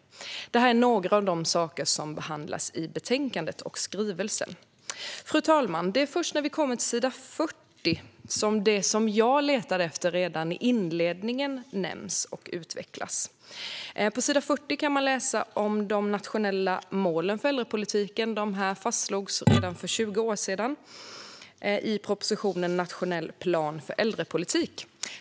Detta är några av de saker som behandlas i betänkandet och skrivelsen. Fru talman! Det är först när vi kommer till s. 40 som det som jag letade efter redan i inledningen nämns och utvecklas. På s. 40 kan vi läsa om de nationella målen för äldrepolitiken. Dessa fastslogs redan för 20 år sedan i propositionen om en nationell plan för äldrepolitiken.